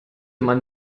man